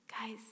guys